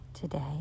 Today